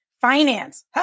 finance